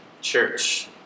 church